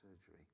surgery